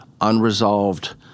unresolved